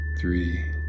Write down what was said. three